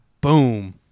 boom